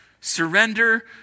Surrender